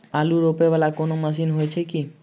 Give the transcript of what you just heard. आलु रोपा वला कोनो मशीन हो छैय की?